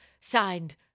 Signed